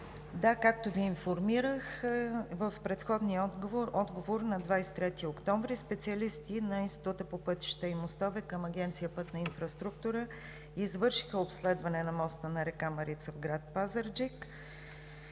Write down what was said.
както Ви информирах в предходния отговор на 23 октомври, специалисти на Института по пътища и мостове към Агенция „Пътна инфраструктура“ извършиха обследване на моста на река Марица в град Пазарджик.